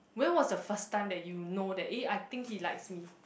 when was the first time that you know that eh I think he likes me